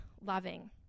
loving